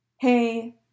Hey